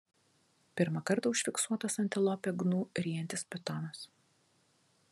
pirmą kartą užfiksuotas antilopę gnu ryjantis pitonas